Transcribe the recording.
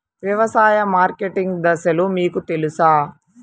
వ్యవసాయ మార్కెటింగ్ దశలు మీకు తెలుసా?